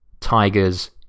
tigers